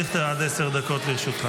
אדוני היושב-ראש,